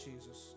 Jesus